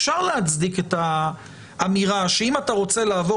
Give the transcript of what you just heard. אפשר להצדיק את האמירה שאם אתה רוצה לעבור